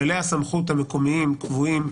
כללי הסמכות המקומיים קבועים